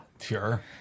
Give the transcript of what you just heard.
Sure